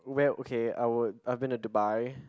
well okay I would I've been to Dubai